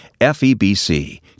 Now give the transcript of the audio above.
FEBC